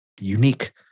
unique